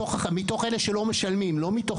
מתוך